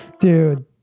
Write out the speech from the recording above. Dude